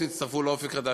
תצטרפו ל"אופק חדש".